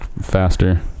Faster